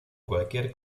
cualquier